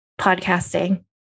podcasting